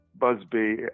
Busby